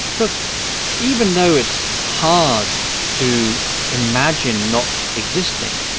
because even though it's hard to imagine not existing,